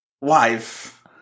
wife